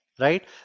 Right